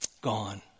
gone